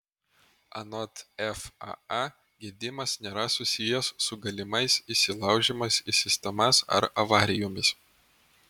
anot faa gedimas nėra susijęs su galimais įsilaužimais į sistemas ar avarijomis